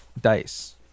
dice